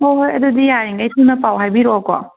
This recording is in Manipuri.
ꯍꯣꯏ ꯍꯣꯏ ꯑꯗꯨꯗꯤ ꯌꯥꯔꯤꯈꯩ ꯊꯨꯅ ꯄꯥꯎ ꯍꯥꯏꯕꯤꯔꯛꯑꯣꯀꯣ